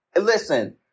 listen